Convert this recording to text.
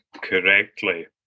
correctly